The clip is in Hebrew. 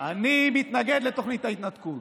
אני מתנגד לתוכנית ההתנתקות.